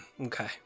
okay